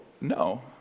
no